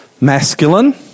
masculine